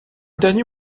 dernier